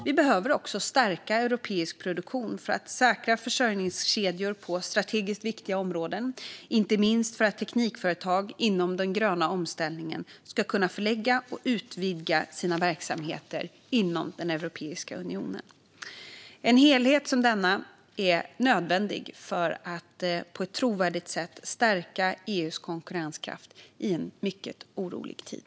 Vi behöver också stärka europeisk produktion för att säkra försörjningskedjor på strategiskt viktiga områden, inte minst för att teknikföretag inom den gröna omställningen ska kunna förlägga och utvidga sina verksamheter inom Europeiska unionen. En helhet som denna är nödvändig för att på ett trovärdigt sätt stärka EU:s konkurrenskraft i en mycket orolig tid.